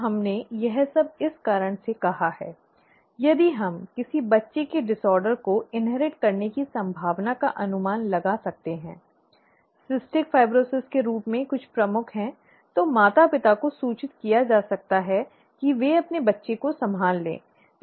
अब हमने यह सब इस कारण से कहा है यदि हम किसी बच्चे के विकार को इनहेरिट करने की संभावना का अनुमान लगा सकते हैं ठीक है सिस्टिक फाइब्रोसिस के रूप में कुछ प्रमुख है तो माता पिता को सूचित किया जा सकता है कि वे अपने बच्चे को संभाल लें ठीक है